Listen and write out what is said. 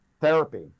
therapy